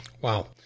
Wow